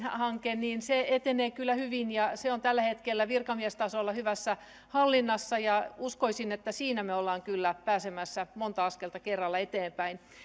hanke se etenee kyllä hyvin se on tällä hetkellä virkamiestasolla hyvässä hallinnassa ja uskoisin että siinä me olemme kyllä pääsemässä monta askelta kerralla eteenpäin